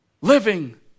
living